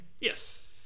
Yes